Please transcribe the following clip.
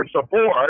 support